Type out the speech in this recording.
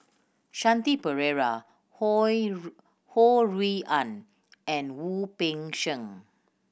Shanti Pereira Ho Ho Rui An and Wu Peng Seng